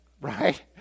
Right